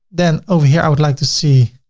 then over here, i would like to see